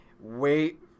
wait